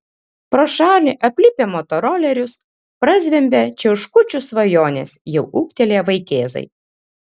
pro šalį aplipę motorolerius prazvimbia čiauškučių svajonės jau ūgtelėję vaikėzai